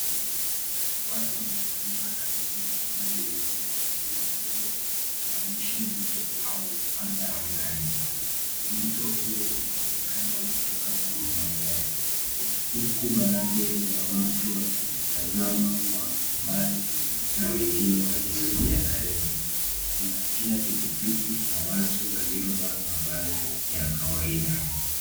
Watu wamekusanyika karibu na eneo lenye moto mkubwa na moshi mzito unaopanda angani. Moto huo unaonekana kutoka kwenye magari. Huku baadhi ya watu wakitazama kwa mbali na wengine wakisogea karibu, kuna pia pikipiki na watu wamevalia mavazi ya kawaida.